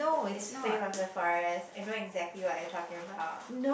is Flame of the Forest I know exactly what you talking about